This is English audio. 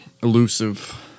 Elusive